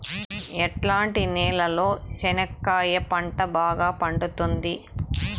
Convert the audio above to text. ఎట్లాంటి నేలలో చెనక్కాయ పంట బాగా పండుతుంది?